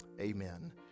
Amen